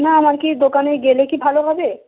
না আমার কি দোকানে গেলে কি ভালো হবে